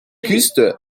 küste